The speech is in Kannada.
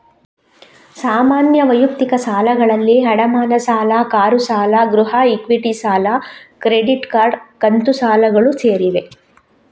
ಸಾಮಾನ್ಯ ವೈಯಕ್ತಿಕ ಸಾಲಗಳಲ್ಲಿ ಅಡಮಾನ ಸಾಲ, ಕಾರು ಸಾಲ, ಗೃಹ ಇಕ್ವಿಟಿ ಸಾಲ, ಕ್ರೆಡಿಟ್ ಕಾರ್ಡ್, ಕಂತು ಸಾಲಗಳು ಸೇರಿವೆ